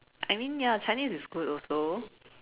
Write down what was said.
I mean ya Chinese is good also